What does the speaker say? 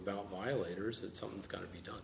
about violators that something's got to be done